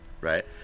right